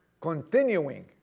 continuing